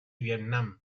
vietnam